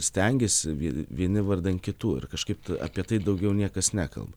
stengiasi vieni vardan kitų ir kažkaip apie tai daugiau niekas nekalba